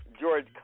George